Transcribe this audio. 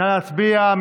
נא להצביע.